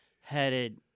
headed